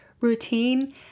routine